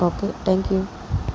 okay thank you